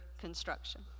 construction